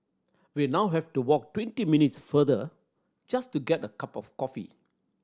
we now have to walk twenty minutes farther just to get a cup of coffee